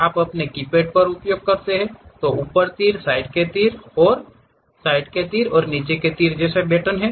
आप अपने कीपैड पर उपयोग करते हैं ऊपर तीर साइड तीर एक और साइड तीर और नीचे तीर जैसे बटन हैं